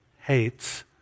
hates